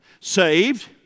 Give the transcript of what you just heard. Saved